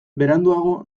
beranduago